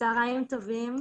צהריים טובים.